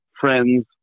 Friends